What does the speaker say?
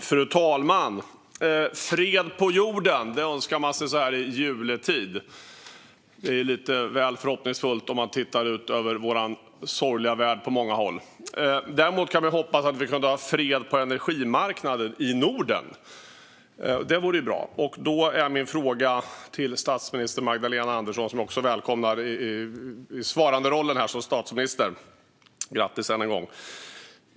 Fru talman! Fred på jorden - det önskar man sig så här i juletid. Men att det är lite väl hoppfullt ser man om man tittar ut över vår på många håll sorgliga värld. Däremot kan vi hoppas på fred på energimarknaden i Norden. Det vore bra. Därför har jag en fråga till statsminister Magdalena Andersson, som jag också välkomnar i rollen som statsminister - grattis, än en gång!